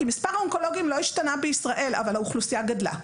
כי האוכלוסייה גדלה.